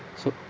so